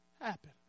happen